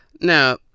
now